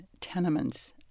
tenements